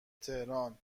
تهران